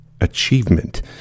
Achievement